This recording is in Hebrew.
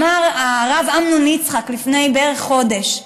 אמר הרב אמנון יצחק לפני בערך חודש: